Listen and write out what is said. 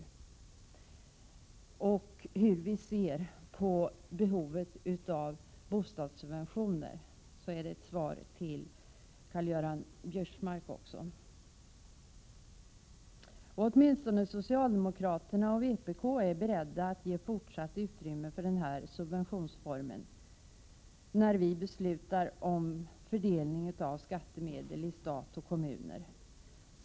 På frågan om hur vi ser på Prot. 1987/88:129 behovet av bostadssubventioner var denna inledning ett svar till Karl-Göran 30 maj 1988 Biörsmark. Åtminstone socialdemokraterna och vpk är beredda att ge fortsatt utrymme för denna subventionsform, när vi beslutar om fördelning av skattemedel i stat och kommuner.